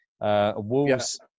Wolves